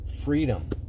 freedom